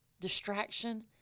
distraction